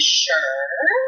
sure